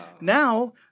Now